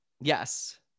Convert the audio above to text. yes